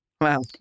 Wow